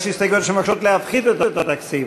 יש הסתייגויות שמבקשות להפחית את התקציב,